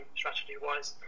strategy-wise